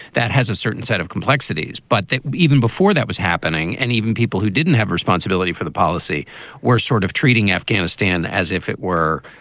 that has a certain set of complexities. but even before that was happening and even people who didn't have responsibility for the policy were sort of treating afghanistan as if it were,